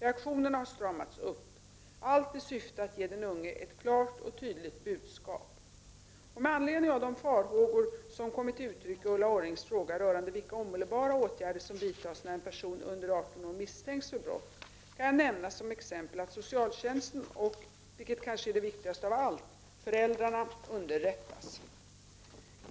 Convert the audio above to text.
Reaktionerna har stramats upp. Allt i syfte att ge den unge ett klart och tydligt budskap. Och med anledning av de farhågor som kommit till uttryck i Ulla Orrings fråga rörande vilka omedelbara åtgärder som vidtas när en person under 18 år misstänks för brott kan jag nämna som exempel att socialtjänsten och — vilket kanske är det viktigaste av allt — föräldrarna underrättas.